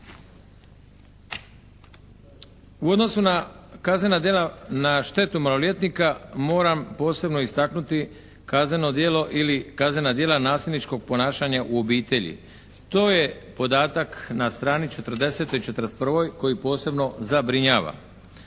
U odnosu na kaznena djela na štetu maloljetnika moram posebno istaknuti kazneno djelo ili kaznena djela nasilničkog ponašanja u obitelji. To je podatak na strani 40 i 41 koji posebno zabrinjava.